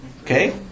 Okay